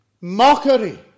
mockery